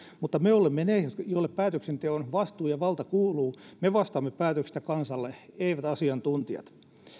mutta me olemme ne joille päätöksenteon vastuu ja valta kuuluu me vastaamme päätöksistä kansalle eivät asiantuntijat